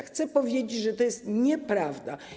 Chcę powiedzieć, że to jest nieprawda.